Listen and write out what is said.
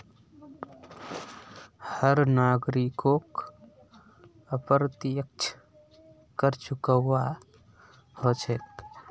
हर नागरिकोक अप्रत्यक्ष कर चुकव्वा हो छेक